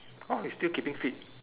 oh you still keeping fit